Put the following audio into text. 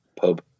pub